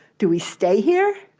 do we stay here?